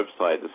website